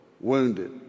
wounded